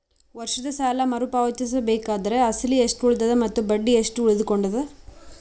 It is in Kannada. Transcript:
ವರ್ಷದ ಸಾಲಾ ಮರು ಪಾವತಿಸಬೇಕಾದರ ಅಸಲ ಎಷ್ಟ ಉಳದದ ಮತ್ತ ಬಡ್ಡಿ ಎಷ್ಟ ಉಳಕೊಂಡದ?